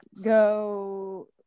go